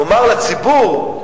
נאמר לציבור,